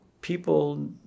people